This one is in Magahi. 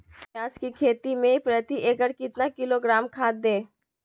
प्याज की खेती में प्रति एकड़ कितना किलोग्राम खाद दे?